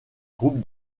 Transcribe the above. groupe